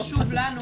חשוב לנו,